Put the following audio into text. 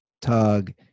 Tug